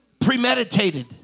Premeditated